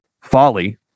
folly